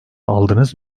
aldınız